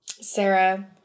Sarah